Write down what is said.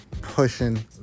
pushing